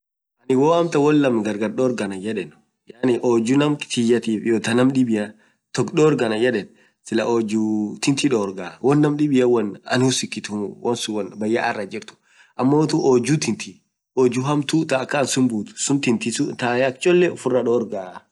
hoo amtaan woan laam gargar doarg anan yedeen ojuu tiyaaf hyo taa naam dibia gargar dorg anann yedeen clah ojuu tintii dorgaa woan naam dibiaa woan ann husikituumuu woan bayya araa jirtuu.amoyuu ujuu tintii taa akaan ansumbuut ufiraa dorgaa.